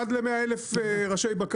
יש לנו בערך 1 ל- 100 אלף ראשי בקר